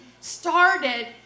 started